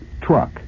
truck